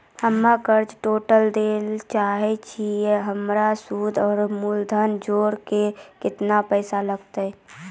हम्मे कर्जा टोटल दे ला चाहे छी हमर सुद और मूलधन जोर के केतना पैसा लागत?